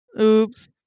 Oops